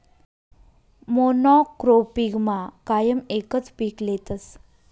मोनॉक्रोपिगमा कायम एकच पीक लेतस